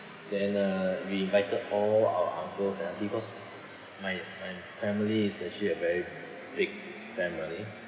then uh we invited all our uncles and aunty cause my my family is actually a very big family